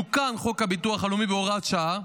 תוקן חוק הביטוח הלאומי בהוראת שעה,